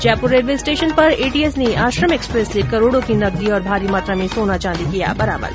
Jaipur railway station पर ATS ने Ashram express से करोडों की नकदी और भारी मात्रा में सोना चांदी किया बरामद